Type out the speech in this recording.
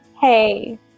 Hey